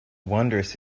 wondrous